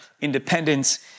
Independence